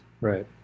Right